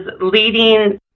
leading